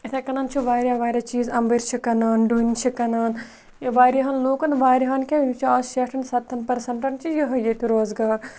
یِتھَے کٔنۍ چھِ واریاہ واریاہ چیٖز اَمبٕرۍ چھِ کٕنان ڈوٗنۍ چھِ کٕنان یہِ واریاہَن لوٗکَن واریاہَن کیٚنٛہہ یِم چھِ آز شیٹھَن سَتھَن پٔرسَنٛٹَن چھِ یِہوٚے ییٚتہِ روزگار